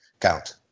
count